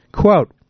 Quote